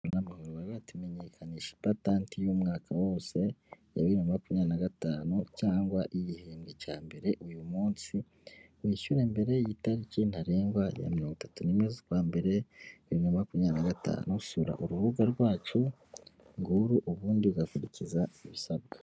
Bati menyekanisha ipatanti y'umwaka wose ya bi makumyabiri nagatanu cyangwa y' igihehembwe cya mbere uyu munsi wishyure mbere y'itariki ntarengwa ya mirongo itatu n'imwe z'ukwambere bibiri na gatanu usura urubuga rwacu nguru ubundi ugakurikiza ibisabwa.